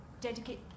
dedicate